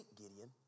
Gideon